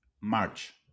March